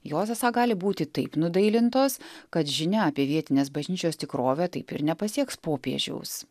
jos esą gali būti taip nudailintos kad žinia apie vietinės bažnyčios tikrovę taip ir nepasieks popiežiaus